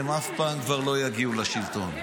היא שאף פעם כבר לא תגיעו לשלטון.